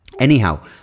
Anyhow